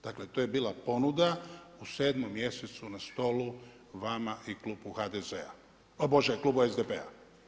Dakle, to je bila ponuda, u 7 mjesecu na stolu vama i Klubu HDZ, Bože, Klubu SDP-a.